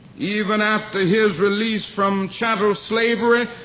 even after his release from chattel slavery,